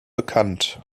bekannt